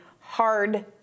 hard